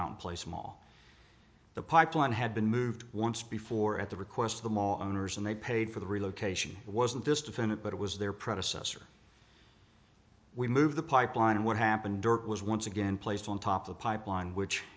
foam place mall the pipeline had been moved once before at the request of the mall owners and they paid for the relocation wasn't dystrophin it but it was their predecessor we move the pipeline and what happened was once again placed on top of the pipeline which